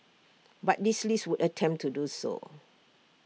but this list would attempt to do so